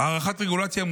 הערכת רגולציה,